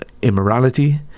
Immorality